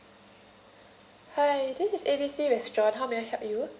hi this is A B C restaurant how may I help you